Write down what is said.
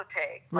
take